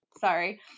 sorry